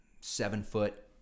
seven-foot